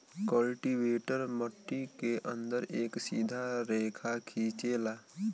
cultivator मट्टी के अंदर एक सीधा रेखा खिंचेला